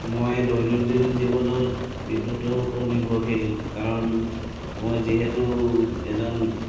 মই দৈনন্দিন জীৱনত বিদ্যুতৰ ওপৰত নিৰ্ভৰশীল কাৰণ মই যিহেতু এজন